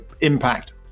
impact